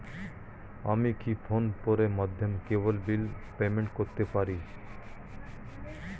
আমি কি ফোন পের মাধ্যমে কেবল বিল পেমেন্ট করতে পারি?